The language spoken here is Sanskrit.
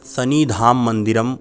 शनिधां मन्दिरम्